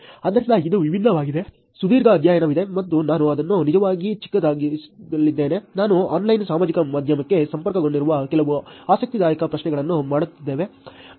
ಆದ್ದರಿಂದ ಇದು ವಿಭಿನ್ನವಾಗಿದೆ ಸುದೀರ್ಘ ಅಧ್ಯಯನವಿದೆ ಮತ್ತು ನಾನು ಅದನ್ನು ನಿಜವಾಗಿಯೂ ಚಿಕ್ಕದಾಗಿಸಲಿದ್ದೇನೆ ನಾವು ಆನ್ಲೈನ್ ಸಾಮಾಜಿಕ ಮಾಧ್ಯಮಕ್ಕೆ ಸಂಪರ್ಕಗೊಂಡಿರುವ ಕೆಲವು ಆಸಕ್ತಿದಾಯಕ ಪ್ರಶ್ನೆಗಳನ್ನು ಮಾಡುತ್ತಿದ್ದೇವೆ